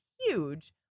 huge